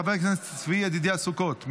חבר הכנסת צבי ידידיה סוכות,